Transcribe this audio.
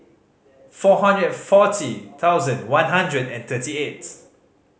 four hundred and forty thousand one hundred and thirty eight